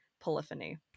polyphony